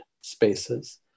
spaces